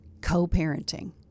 co-parenting